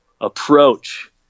approach